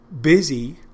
busy